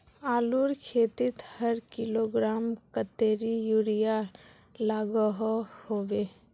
आलूर खेतीत हर किलोग्राम कतेरी यूरिया लागोहो होबे?